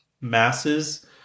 masses